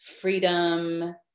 freedom